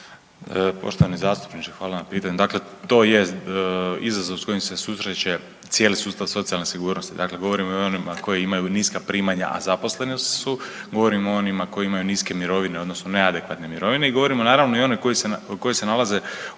Poštovani zastupniče hvala na pitanju. Dakle, to je izazov s kojim se susreće cijeli sustav socijalne sigurnosti, dakle govorim i o onima koji imaju niska primanja, a zaposleni su, govorim o onima koji imaju niske mirovine odnosno neadekvatne mirovine i govorimo naravno i one koje se nalaze u